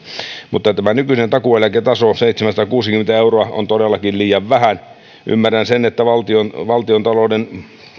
mutta tämä nykyinen takuueläketaso seitsemänsataakuusikymmentä euroa on todellakin liian vähän ymmärrän sen että valtiontalouden